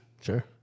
Sure